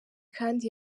kandi